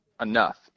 enough